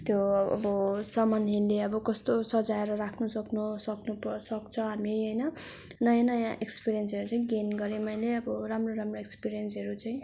त्यो अब सम्हालनेले अब कस्तो सजाएर राख्नुसक्नु सक्नु प सक्छ हामी होइन नयाँ नयाँ एक्सपिरियन्सहरू चाहिँ गेन गरेँ मैले अब राम्रो राम्रो एक्सपिरियन्सहरू चाहिँ